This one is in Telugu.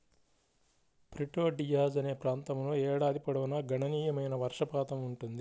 ప్రిటో డియాజ్ అనే ప్రాంతంలో ఏడాది పొడవునా గణనీయమైన వర్షపాతం ఉంటుంది